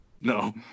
No